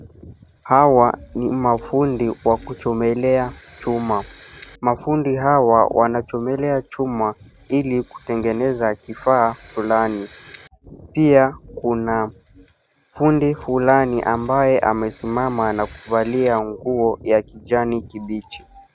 Hawa ni mafundi wa kuchomelea chuma. Mafundi hawa wanachomelea chuma ili kutengeneza kifaa fulani. Pia kuna fundi fulani ambaye amesimama na kuvalia nguo ya kijani kibichi.